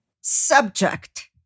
Subject